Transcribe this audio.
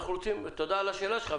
תודה על השאלה שלך.